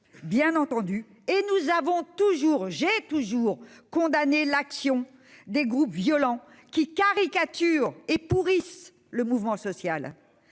bien entendu. Nous avons toujours condamné- je l'ai toujours fait -l'action des groupes violents qui caricaturent et pourrissent le mouvement social.